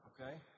okay